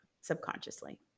subconsciously